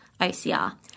OCR